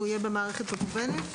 הוא יהיה במערכת מקוונת?